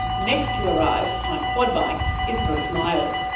next to arrive, on a quad bike is bruce miles.